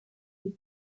des